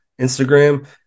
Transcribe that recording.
instagram